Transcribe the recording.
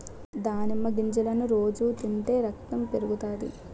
దానిమ్మ గింజలను రోజు తింటే రకతం పెరుగుతాది